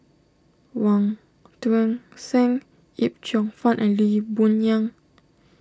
Wong Tuang Seng Yip Cheong Fun and Lee Boon Yang